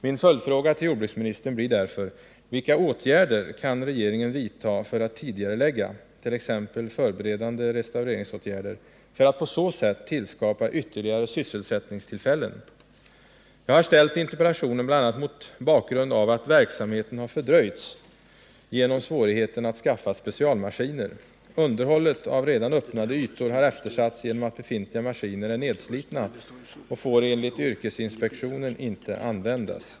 Min följdfråga till jordbruksministern blir därför: Vilka åtgärder kan regeringen vidta för att tidigarelägga t.ex. förberedande restaureringsåtgärder, för att på så sätt tillskapa ytterligare sysselsättningstillfällen? Jag har framställt interpellationen bl.a. mot bakgrund av att verksamheten har fördröjts genom svårigheten att skaffa specialmaskiner. Underhållet av redan öppnade ytor har eftersatts genom att befintliga maskiner är nedslitna och enligt yrkesinspektionen inte får användas.